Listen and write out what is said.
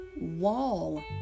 wall